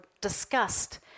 discussed